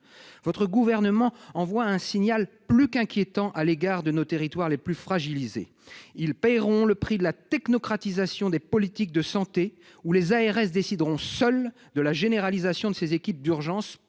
Le Gouvernement envoie un signal plus qu'inquiétant à l'égard de nos territoires les plus fragilisés. Ils paieront le prix de la technocratisation des politiques de santé, où les agences régionales de santé décideront seules de la généralisation de ces équipes d'urgence paramédicalisées.